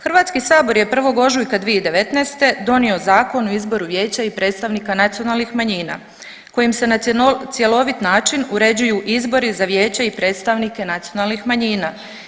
HS je 1. ožujka 2019. donio Zakon o izboru vijeća i predstavnika nacionalnih manjina kojim se na cjelovit način uređuju izbori za vijeće i predstavnike nacionalnih manjina.